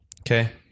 okay